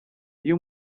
iyo